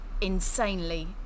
insanely